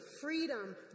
freedom